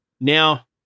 Now